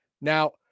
Now